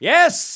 Yes